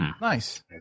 Nice